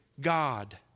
God